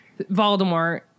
Voldemort